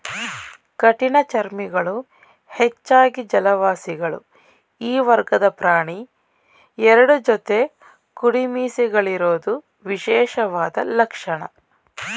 ಕಠಿಣಚರ್ಮಿಗಳು ಹೆಚ್ಚಾಗಿ ಜಲವಾಸಿಗಳು ಈ ವರ್ಗದ ಪ್ರಾಣಿ ಎರಡು ಜೊತೆ ಕುಡಿಮೀಸೆಗಳಿರೋದು ವಿಶೇಷವಾದ ಲಕ್ಷಣ